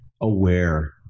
aware